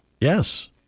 Yes